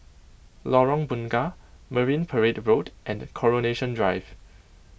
Lorong Bunga Marine Parade Road and Coronation Drive